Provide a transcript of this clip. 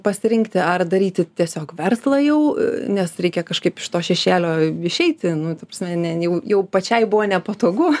pasirinkti ar daryti tiesiog verslą jau nes reikia kažkaip iš to šešėlio išeiti nu ta prasme ne jau jau pačiai buvo nepatogu